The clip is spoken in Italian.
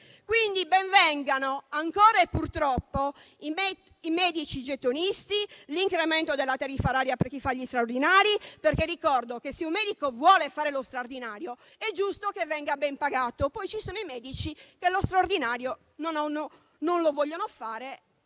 Quindi ben vengano, ancora e purtroppo, i medici gettonisti e l'incremento della tariffa oraria per chi fa gli straordinari. Ricordo infatti che, se un medico vuole fare lo straordinario, è giusto che venga ben pagato. Poi ci sono i medici che lo straordinario non lo vogliono fare